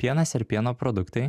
pienas ir pieno produktai